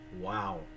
wow